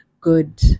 good